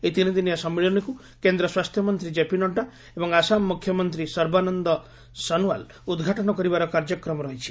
ଏହି ତିନିଦିନିଆ ସମ୍ମିଳନୀକୁ କେନ୍ଦ୍ର ସ୍ୱାସ୍ଥ୍ୟମନ୍ତ୍ରୀ ଜେପି ନଡ୍ଜା ଏବଂ ଆସାମ ମୁଖ୍ୟମନ୍ତ୍ରୀ ସର୍ବାନନ୍ଦ ସୋନୋୱାଲ୍ ଉଦ୍ଘାଟନ କରିବାର କାର୍ଯ୍ୟକ୍ରମ ରହିଛି